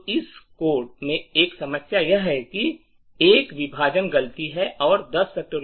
तो इस कोड में एक समस्या यह है कि एक विभाजन गलती है और 10